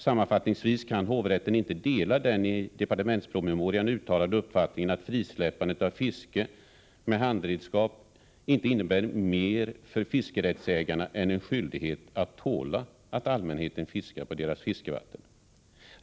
Sammanfattningsvis kan hovrätten inte dela den i departementspromemorian uttalade uppfattningen att frisläppandet av fiske med handredskap inte innebär mer för fiskerättsägarna än en skyldighet att tåla att allmänheten fiskar på deras fiskevatten.